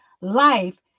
life